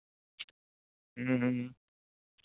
ᱦᱩᱸ